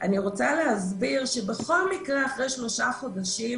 אני רוצה להסביר שבכל מקרה, אחרי שלושה חודשים,